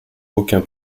aucun